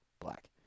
Black